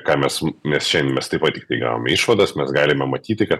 ką mes nes šiandien mes taip pat tik tai gavome išvadas mes galime matyti kad